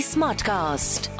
Smartcast